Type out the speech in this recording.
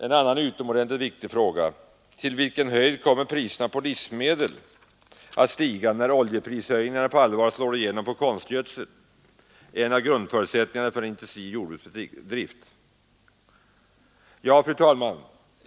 En annan utomordentligt viktig fråga: Till vilken höjd kommer priserna på livsmedel att stiga när oljeprishöjningarna på allvar slår igenom på konstgödsel, en av grundförutsättningarna för en intensiv jordbruksdrift?